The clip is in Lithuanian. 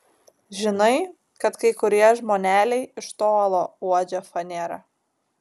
žinai kad kai kurie žmoneliai iš tolo uodžia fanerą